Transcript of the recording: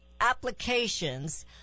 applications